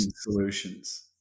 solutions